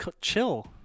Chill